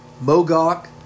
Mogok